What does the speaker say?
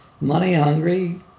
money-hungry